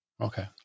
okay